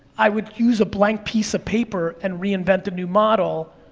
i would use a blank piece of paper, and reinvent a new model,